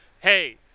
Hey